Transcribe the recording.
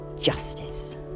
justice